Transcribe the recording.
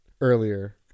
earlier